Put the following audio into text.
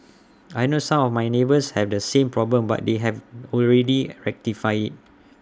I know some of my neighbours have the same problem but they have already rectified IT